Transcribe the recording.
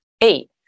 Eight